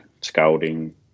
scouting